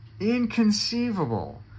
inconceivable